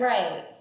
Right